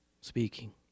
speaking